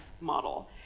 model